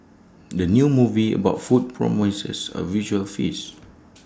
the new movie about food promises A visual feast